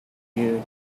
your